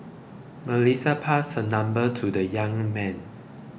Melissa passed her number to the young man